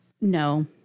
No